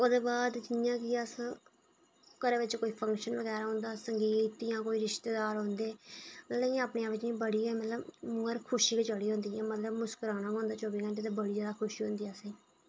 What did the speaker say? ओह्दे बाद जि'यां कि अस घरै बिच कोई फंक्शन बगैरा होंदा संगीत जां कोई रिश्तेदार औंदे लेकिन मिगी अपने आप इ'यां बड़ी गै मतलब मुहैं पर खुशी गै चढ़ी औंदी मतलब मुस्कराना गै होंदा चौह्बी घैंटे ते बड़ी जैदा खुशी होंदी असें गी